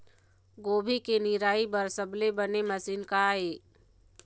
गोभी के निराई बर सबले बने मशीन का ये?